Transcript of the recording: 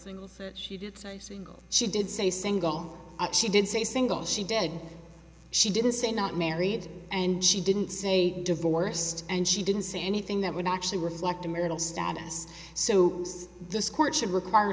things she did she did say single she did say single she did she didn't say not married and she didn't say divorced and she didn't say anything that would actually reflect the marital status so yes this court should require